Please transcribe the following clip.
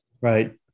right